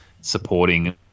supporting